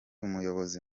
umuyobozi